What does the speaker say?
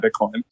Bitcoin